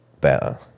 better